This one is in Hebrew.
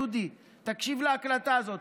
דודי, תקשיב להקלטה הזאת.